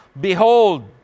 Behold